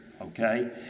okay